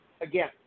again